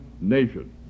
nation